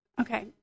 okay